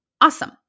Awesome